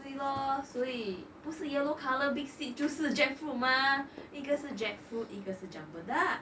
对 lor 所以不是 yellow colour big seed 就是 jackfruit mah 一个是 jackfruit 一个是 cempedak